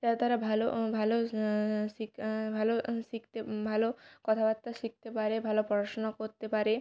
যাতে তারা ভালো ভালো শিক ভালো শিখতে ভালো কথাবার্তা শিখতে পারে ভালো পড়াশোনা করতে পারে